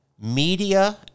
media